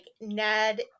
Ned